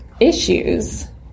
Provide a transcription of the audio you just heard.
issues